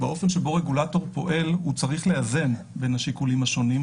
באופן שבו רגולטור פועל הוא צריך לאזן בין השיקולים השונים.